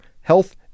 Health